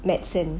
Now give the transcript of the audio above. medicine